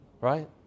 right